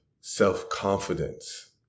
self-confidence